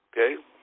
Okay